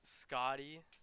scotty